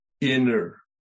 inner